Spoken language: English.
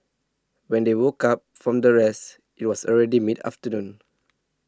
when they woke up from their rest it was already mid afternoon